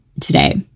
today